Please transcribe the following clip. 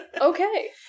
okay